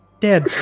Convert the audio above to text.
Dead